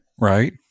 Right